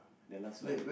the last one